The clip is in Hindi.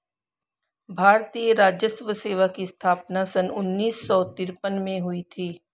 भारतीय राजस्व सेवा की स्थापना सन उन्नीस सौ तिरपन में हुई थी